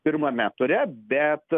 pirmame ture bet